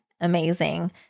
amazing